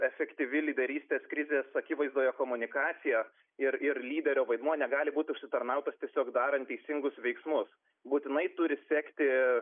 efektyvi lyderystė krizės akivaizdoje komunikacija ir ir lyderio vaidmuo negali būti užsitarnautas tiesiog darant teisingus veiksmus būtinai turi sekti